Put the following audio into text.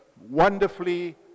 wonderfully